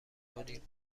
کنیم